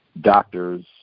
doctors